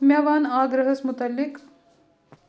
مےٚ وَن آگراہَس مُتعلِق